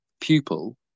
pupil